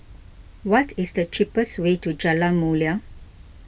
what is the cheapest way to Jalan Mulia